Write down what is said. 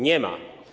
Nie ma.